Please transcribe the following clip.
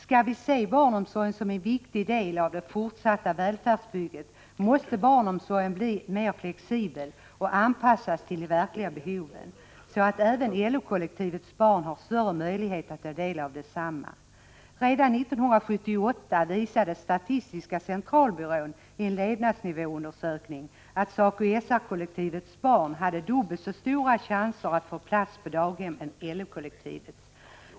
Skall vi se barnomsorgen som en viktig del av det fortsatta välfärdsbygget, måste barnomsorgen bli mer flexibel och anpassas till de verkliga behoven, så att även LO-kollektivets barn har en större möjlighet att ta del av densamma. Redan år 1978 visade statistiska centralbyrån i en levnadsnivåundersökning att SACO/SR-kollektivets barn hade dubbelt så stora chanser att få plats på daghem som LO-kollektivets.